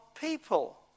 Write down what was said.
people